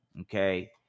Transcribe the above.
Okay